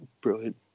brilliant